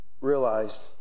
realized